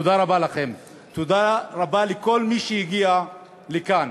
תודה רבה לכם, תודה רבה לכל מי שהגיע לכאן,